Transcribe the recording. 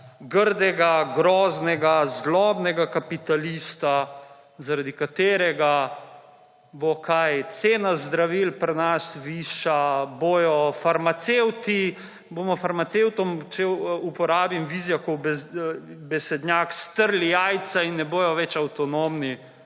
grdega, groznega zlobnega kapitalista zaradi katerega bo – kaj? – cena zdravil pri nas višja, bomo farmacevtom, če uporabim Vizjakov besednjak, strli jajca in ne bodo več avtonomni.